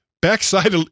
Backside